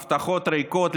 הבטחות ריקות,